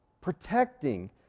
protecting